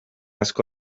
asko